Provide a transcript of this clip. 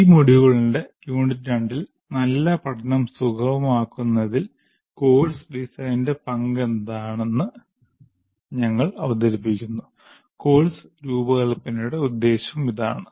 ഈ മൊഡ്യൂളിന്റെ യൂണിറ്റ് 2 ൽ നല്ല പഠനം സുഗമമാക്കുന്നതിൽ കോഴ്സ് ഡിസൈനിന്റെ പങ്ക് എന്താണെന്ന് ഞങ്ങൾ അവതരിപ്പിക്കുന്നു കോഴ്സ് രൂപകൽപ്പനയുടെ ഉദ്ദേശ്യവും ഇതാണ്